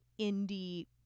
indie